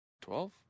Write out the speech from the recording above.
Twelve